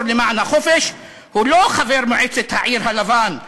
למען החופש הוא לא חבר מועצת העיר הלבן,